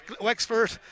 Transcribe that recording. Wexford